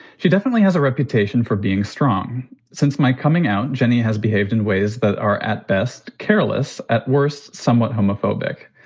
she definitely has a reputation for being strong since my coming out, jenny has behaved in ways that are at best careless, at worst somewhat homophobic.